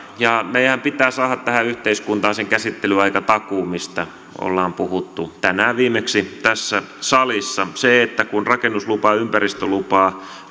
ja meidän pitää saada tähän yhteiskuntaan se käsittelyaikatakuu mistä ollaan puhuttu tänään viimeksi tässä salissa se että kun rakennuslupaa ympäristölupaa